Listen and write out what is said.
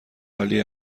عالی